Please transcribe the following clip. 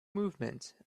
movement